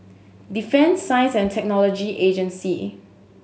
Defence Science And Technology Agency